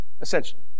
essentially